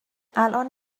الان